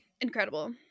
Incredible